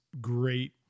great